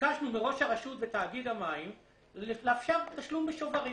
וביקשנו מראש הרשות ותאגיד המים לאפשר תשלום בשוברים,